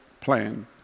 plan